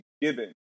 given